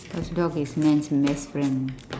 because dog is man's best friend